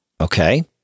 Okay